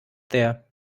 there